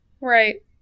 Right